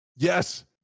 Yes